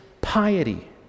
piety